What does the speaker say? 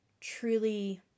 truly